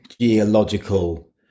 geological